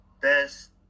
best